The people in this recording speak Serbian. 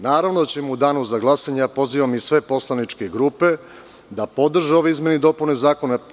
Naravno da ćemo u Danu za glasanje i pozivam sve poslaničke grupe, da podrže ove izmene i dopune Zakona.